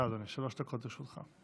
אדוני, שלוש דקות לרשותך.